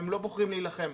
הם לא בוחרים להילחם.